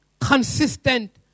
consistent